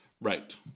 Right